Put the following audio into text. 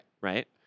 Right